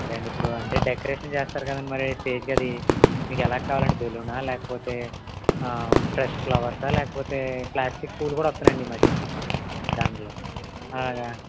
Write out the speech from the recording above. అదే అండి ఇప్పుడు అంటే డెకరేషన్ చేస్తారు కదా అండి మరి స్టేజి కి అది మీకు ఎలా కావాలండి బెలూనా లేకపోతే ఫ్రెష్ ఫ్లవర్సా లేకపోతే ప్లాస్టిక్ పూలు కూడా వస్తున్నాయండి ఈమధ్యన దానిలో అలాగా